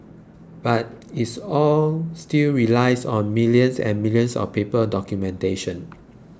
but it all still relies on millions and millions of paper documentation